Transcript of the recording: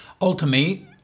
Ultimately